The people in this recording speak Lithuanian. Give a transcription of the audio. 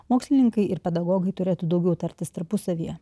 mokslininkai ir pedagogai turėtų daugiau tartis tarpusavyje